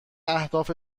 اهداف